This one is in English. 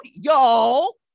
y'all